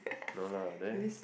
no lah there